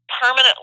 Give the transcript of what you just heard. permanently